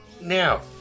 Now